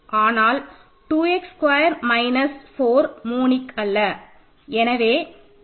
ஆனால் 2 x square minus 4 monic அல்ல